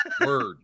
Word